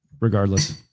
regardless